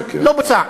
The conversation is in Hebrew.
לא בוצע.